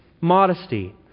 modesty